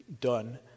done